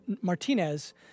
Martinez